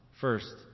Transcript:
first